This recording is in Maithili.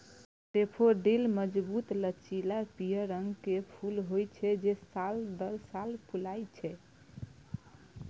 डेफोडिल मजबूत, लचीला आ पीयर रंग के फूल होइ छै, जे साल दर साल फुलाय छै